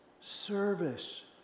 service